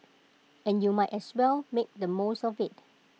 and you might as well make the most of IT